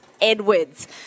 Edwards